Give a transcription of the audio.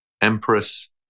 empress